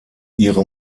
ihre